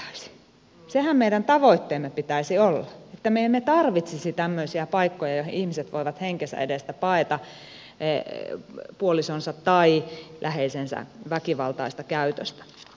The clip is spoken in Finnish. sehän meidän tavoitteemme pitäisi olla että me emme tarvitsisi tämmöisiä paikkoja joihin ihmiset voivat henkensä edestä paeta puolisonsa tai läheisensä väkivaltaista käytöstä